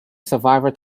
survivor